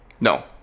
No